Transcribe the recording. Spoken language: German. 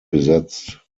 besetzt